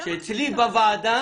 שאצלי בוועדה